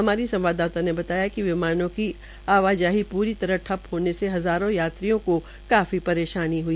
हमारी संवाददाता ने बताया है कि विमानों की आवाजाही प्री तरह ठप्प होने से हजारों यात्रियों को काफी परेशानी हई